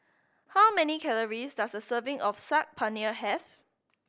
how many calories does a serving of Saag Paneer have